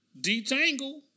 detangle